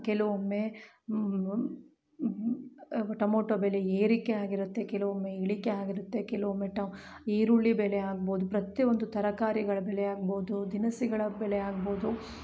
ಕೆಲವೊಮ್ಮೆ ಟೊಮೊಟೊ ಬೆಲೆ ಏರಿಕೆ ಆಗಿರುತ್ತೆ ಕೆಲವೊಮ್ಮೆ ಇಳಿಕೆ ಆಗಿರುತ್ತೆ ಕೆಲವೊಮ್ಮೆ ಟ ಈರುಳ್ಳಿ ಬೆಲೆ ಆಗ್ಬೌದು ಪ್ರತಿಒಂದು ತರಕಾರಿಗಳ ಬೆಲೆ ಆಗ್ಬೌದು ದಿನಸಿಗಳ ಬೆಲೆ ಆಗ್ಬೌದು